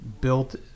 built